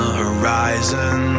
horizon